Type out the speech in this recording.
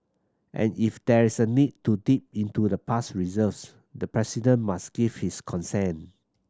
and if there is a need to dip into the past reserves the President must give his consent